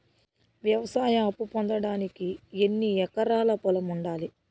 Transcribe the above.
వ్యవసాయ అప్పు పొందడానికి ఎన్ని ఎకరాల పొలం ఉండాలి?